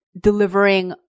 delivering